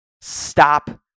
Stop